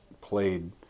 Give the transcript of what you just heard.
played